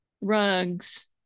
rugs